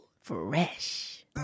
Fresh